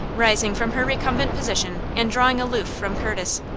rising from her recumbent position, and drawing aloof from curtis.